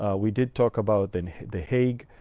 we did talk about and the hague,